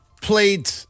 played